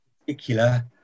particular